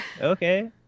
okay